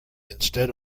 instead